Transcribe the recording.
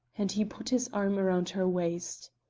and he put his arm around her waist.